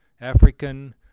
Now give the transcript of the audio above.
African